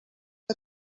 que